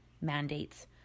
mandates